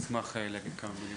אני אשמח להגיד כמה מילים.